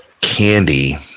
candy